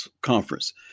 Conference